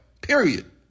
Period